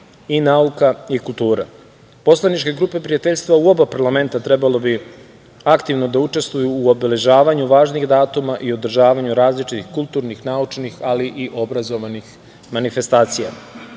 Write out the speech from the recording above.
i nauka i kultura. Poslaničke grupe prijateljstva u oba parlamenta trebalo bi aktivno da učestvuju u obeležavanju važnih datuma i održavanju različitih kulturnih, naučnih, ali i obrazovnih manifestacija. Ruska